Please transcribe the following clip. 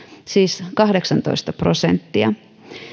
siis kahdeksantoista prosenttia